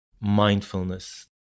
mindfulness